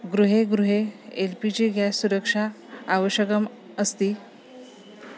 गृहे गृहे L P G gas सुरक्षा आवश्यकम् अस्ति